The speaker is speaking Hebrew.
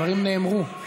הדברים נאמרו.